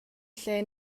lle